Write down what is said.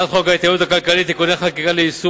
הצעת חוק ההתייעלות הכלכלית (תיקוני חקיקה ליישום